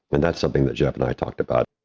and that's something that jeff and i talked about.